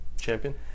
champion